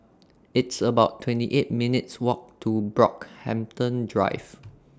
It's about twenty eight minutes Walk to Brockhampton Drive